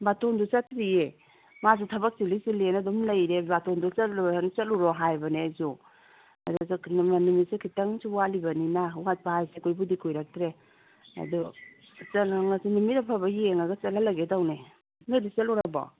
ꯕꯥꯇꯣꯟꯗꯨ ꯆꯠꯇ꯭ꯔꯤꯌꯦ ꯃꯥꯁꯨ ꯊꯕꯛ ꯆꯤꯜꯂꯤ ꯆꯤꯜꯂꯤꯅ ꯑꯗꯨꯝ ꯂꯩꯔꯦ ꯕꯥꯇꯣꯟꯗꯨ ꯆꯠꯂꯨꯔꯣ ꯍꯥꯏꯕꯅꯦ ꯑꯩꯁꯨ ꯅꯨꯃꯤꯠꯁꯦ ꯈꯤꯇꯪꯁꯨ ꯋꯥꯠꯂꯤꯕꯅꯤꯅ ꯋꯥꯠꯄ ꯍꯥꯏꯁꯦ ꯀꯨꯏꯕꯨꯗꯤ ꯀꯨꯏꯔꯛꯇ꯭ꯔꯦ ꯑꯗꯨ ꯅꯨꯃꯤꯠ ꯑꯐꯕ ꯌꯦꯡꯂꯒ ꯆꯠꯍꯜꯂꯒꯦ ꯇꯧꯅꯦ ꯅꯣꯏꯗꯤ ꯆꯠꯂꯨꯔꯕꯣ